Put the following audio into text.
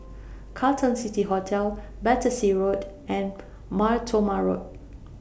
Carlton City Hotel Battersea Road and Mar Thoma Road